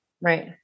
Right